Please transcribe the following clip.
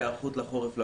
להיערכות לחורף לקורונה.